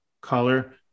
color